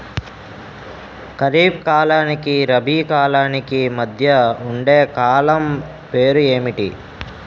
ఖరిఫ్ కాలానికి రబీ కాలానికి మధ్య ఉండే కాలం పేరు ఏమిటి?